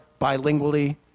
bilingually